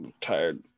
Tired